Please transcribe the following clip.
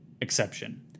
exception